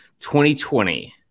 2020